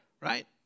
right